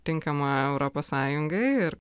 tinkama europos sąjungai ir